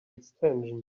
extension